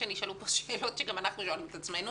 נשאלו פה שאלות שגם אנחנו לא יודעים בעצמנו